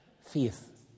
faith